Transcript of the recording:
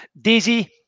Daisy